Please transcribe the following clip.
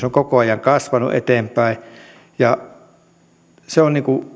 on koko ajan kasvanut eteenpäin ja se